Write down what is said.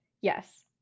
Yes